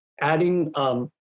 adding